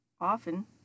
Often